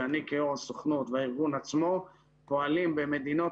שאני כיו"ר הסוכנות והארגון עצמו פועלים במדינות